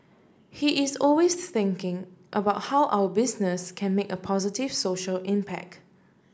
he is always thinking about how our business can make a positive social impact